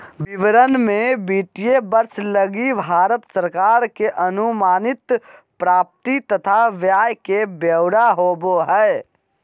विवरण मे वित्तीय वर्ष लगी भारत सरकार के अनुमानित प्राप्ति तथा व्यय के ब्यौरा होवो हय